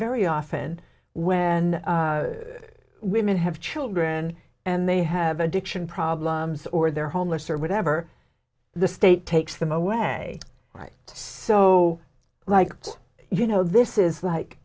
very often when women have children and they have addiction problems or they're homeless or whatever the state takes them away right so like you know this is